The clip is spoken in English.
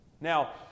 Now